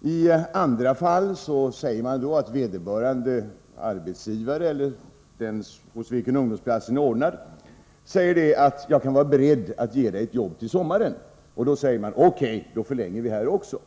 I andra fall kan vederbörande arbetsgivare eller den hos vilken ungdomsplatsen är ordnad säga: Jag är beredd att ge dig ett jobb till sommaren. Då säger man: O.K., då förlänger vi här också.